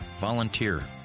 Volunteer